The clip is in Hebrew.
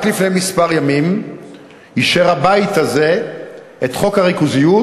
רק לפני כמה ימים אישר הבית הזה את חוק הריכוזיות,